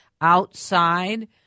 outside